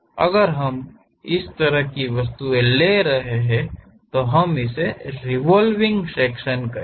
अगर हम इस तरह की वस्तुएं ले रहे हैं तो हम इसे रिवोलविंग सेक्शन कहते हैं